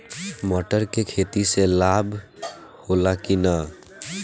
मटर के खेती से लाभ होला कि न?